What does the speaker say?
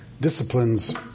disciplines